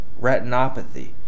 retinopathy